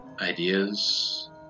ideas